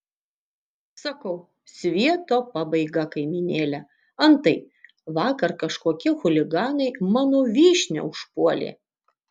sakau svieto pabaiga kaimynėle antai vakar kažkokie chuliganai mano vyšnią užpuolė